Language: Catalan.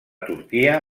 turquia